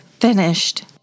finished